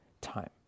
time